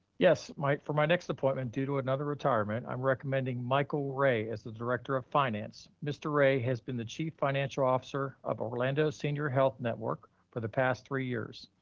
yes, for my next appointment due to another retirement, i'm recommending michael ray as the director of finance. mr. ray has been the chief financial officer of orlando senior health network for the past three years.